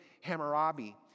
Hammurabi